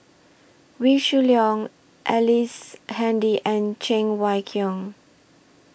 Wee Shoo Leong Ellice Handy and Cheng Wai Keung